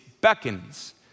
beckons